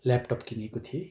laptop किनेको थिएँ